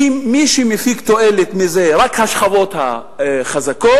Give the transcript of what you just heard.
ומי שמפיקות תועלת מזה אלה רק השכבות החזקות,